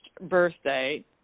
birthday